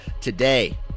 today